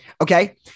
Okay